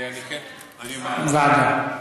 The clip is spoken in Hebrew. אני, ועדה.